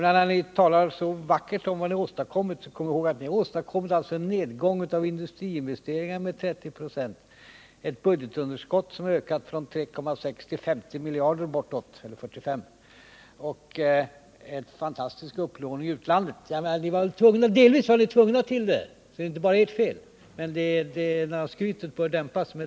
När ni talar så vackert om vad ni åstadkommit, bör ni komma ihåg att ni förorsakat en nedgång av industriinvesteringarna med 30 96, en ökning av budgetunderskottet från 3,6 miljarder kronor till bortåt 45 miljarder och en fantastisk upplåning i utlandet. Delvis var ni tvungna till detta, det är inte bara ert fel, men jag tycker att skrytet bör dämpas.